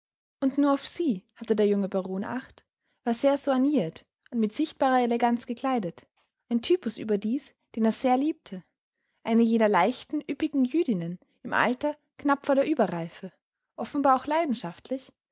und nur auf sie hatte der junge baron acht war sehr soigniert und mit sichtbarer eleganz gekleidet ein typus überdies den er sehr liebte eine jener leicht üppigen jüdinnen im alter knapp vor der überreife offenbar auch leidenschaftlich